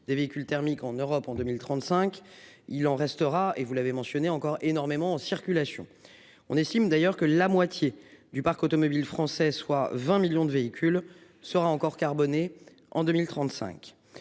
des véhicules thermiques en Europe en 2035, il en restera et vous l'avez mentionné encore énormément en circulation. On estime d'ailleurs que la moitié du parc automobile français, soit 20 millions de véhicules sera encore carbonée. En 2035,